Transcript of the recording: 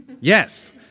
Yes